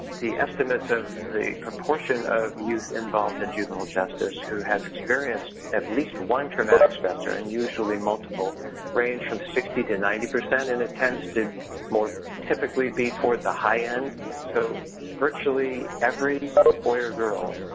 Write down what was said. the estimates of the proportion of youth involved in juvenile justice who have experienced at least one traumatic stressor and usually multiple range from sixty to ninety percent and it tends to typically be toward the high end. so virtually every but boy or girl,